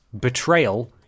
betrayal